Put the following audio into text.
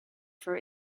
for